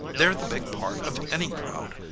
they're the big part of any crowd.